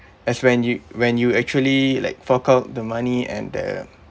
as when you when you actually like fork out the money and the